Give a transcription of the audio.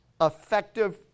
effective